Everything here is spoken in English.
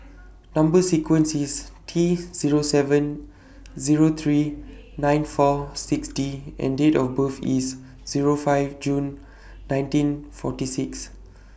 Number sequence IS T Zero seven Zero three nine four six D and Date of birth IS Zero five June nineteen forty six